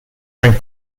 zijn